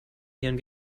nieren